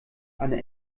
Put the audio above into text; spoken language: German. eine